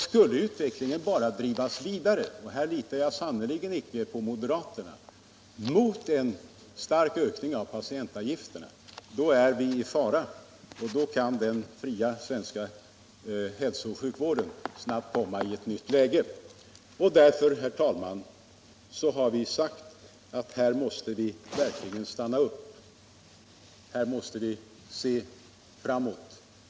Skulle utvecklingen bara drivas vidare — här litar jag sannerligen inte på moderaterna — mot en stark ökning av patientavgifterna, då är vi i fara och då kan den fria hälsooch sjukvården snabbt komma i ett nytt läge. Därför har vi, herr talman, sagt att här måste vi verkligen stanna upp, här måste vi se framåt.